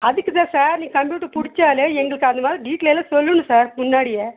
அதுக்கு தான் சார் நீ கம்ப்யூட்டர் புடிச்சாலே எங்களுக்கு அந்த மாதிரி டீட்டெய்லாக சொல்லணும் சார் முன்னாடியே